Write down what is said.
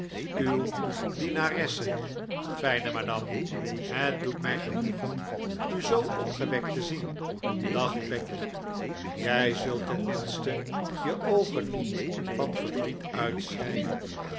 uw dienaresse fijne madam het doet mij genoegen u zoo opgewekt te zien dacht peggy jij zult ten minste je oogen niet van verdriet uitschreien